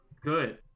good